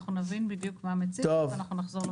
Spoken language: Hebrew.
אנחנו נבין בדיוק מה הוא מציעים ואנחנו נחזור לפה.